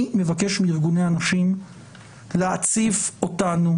אני מבקש מארגוני הנשים להציף אותנו